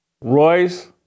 Royce